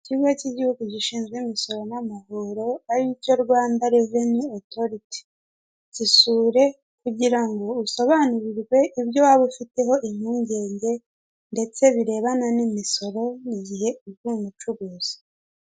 Ikigo cy'igihugu gishinzwe imisoro n'amahor, aricyo Rwanda reveni otoriti, gisure kugira ngo usobanurirwe ibyo waba ufiteho impungenge ndetse birebana n'imisoro n'igihe uri umucuruzi.